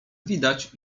widać